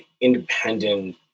independent